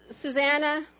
Susanna